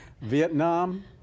Vietnam